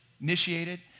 initiated